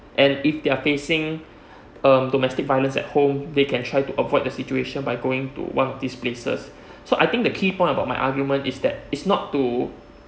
and if they are facing um domestic violence at home they can try to avoid the situation by going to one of this places so I think the key point about my argument is that is not to